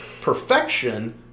perfection